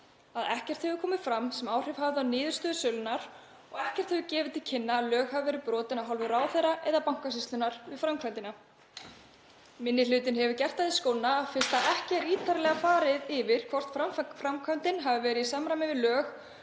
að ekkert hefur komið fram sem áhrif hafa á niðurstöðu sölunnar og ekkert hefur gefið til kynna að lög hafi verið brotin af hálfu ráðherra eða Bankasýslunnar um framkvæmdina. Minni hlutinn hefur gert því skóna að fyrst ekki er ítarlega farið yfir hvort framkvæmdin hafi verið í samræmi við lög